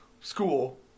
school